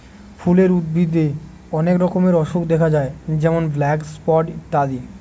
ফুলের উদ্ভিদে অনেক রকমের অসুখ দেখা যায় যেমন ব্ল্যাক স্পট ইত্যাদি